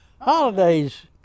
Holidays